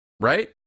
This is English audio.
right